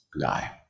guy